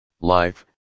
life